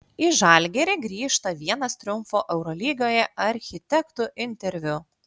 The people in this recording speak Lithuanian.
į žalgirį grįžta vienas triumfo eurolygoje architektų interviu